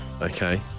okay